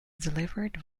delivered